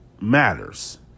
matters